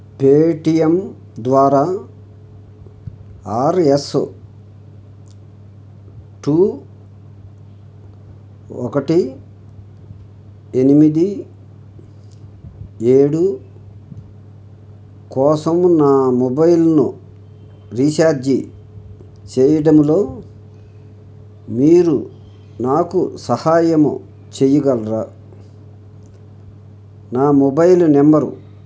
Paytm ద్వారా R S two ఒకటి ఎనిమిది ఏడు కోసం నా మొబైల్ను రీఛార్జి చేయడంలో మీరు నాకు సహాయము చెయ్యగలరా నా మొబైలు నెంబరు